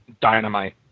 dynamite